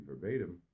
verbatim